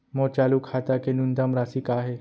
मोर चालू खाता के न्यूनतम राशि का हे?